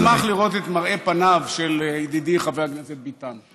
אני אשמח לראות את מראה פניו של ידידי חבר הכנסת ביטן.